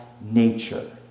nature